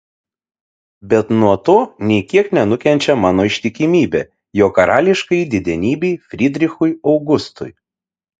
bet nuo to nė kiek nenukenčia mano ištikimybė jo karališkajai didenybei frydrichui augustui